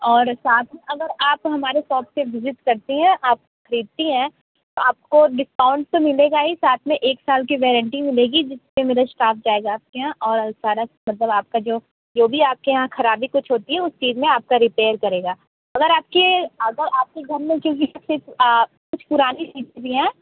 और साथ में अगर आप हमारे सॉप पे विज़िट करती हैं आप ख़रीदती हैं तो आपको डिस्काउंट तो मिलेगा ही साथ में एक साल की वैरेंटी मिलेगी जिस पर मेरा इस्टाफ जाएगा आपके यहाँ और सारा मतलब आपका जो जो भी आपके यहाँ ख़राबी कुछ होती है उस चीज़ में आपका रिपेयर करेगा अगर आपके अगर आपके घर में क्योंकि सब से कुछ पुरानी चीज़ें भी हैं